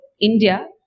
india